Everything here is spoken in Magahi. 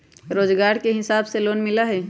रोजगार के हिसाब से लोन मिलहई?